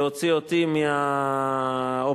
להוציא אותי, מהאופוזיציה,